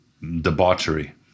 debauchery